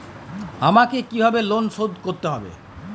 আমাকে কিভাবে লোন শোধ করতে হবে?